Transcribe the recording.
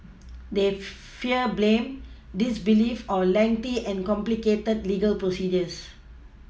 they fear blame disbelief or lengthy and complicated legal procedures